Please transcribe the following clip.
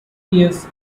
years